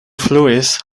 fluis